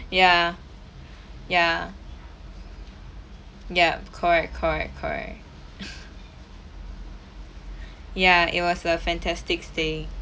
ya ya ya correct correct correct ya it was a fantastic stay